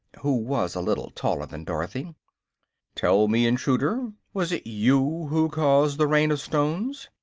who was a little taller than dorothy tell me, intruder, was it you who caused the rain of stones?